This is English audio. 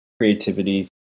creativity